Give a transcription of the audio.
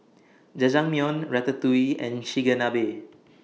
Jajangmyeon Ratatouille and Chigenabe